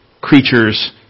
creatures